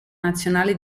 nazionale